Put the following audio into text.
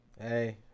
Hey